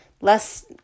less